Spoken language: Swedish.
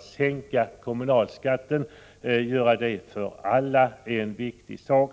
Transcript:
sänkning av kommunalskatten för alla är en viktig sak.